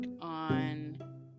on